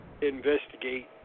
investigate